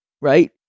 right